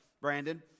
Brandon